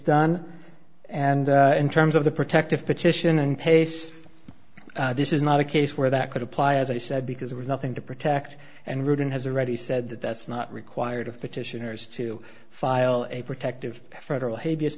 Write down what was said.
done and in terms of the protective petition and paste this is not a case where that could apply as i said because there's nothing to protect and ruben has already said that that's not required of petitioners to file a protective federal hate